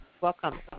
Welcome